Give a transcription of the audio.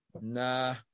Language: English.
nah